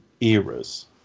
eras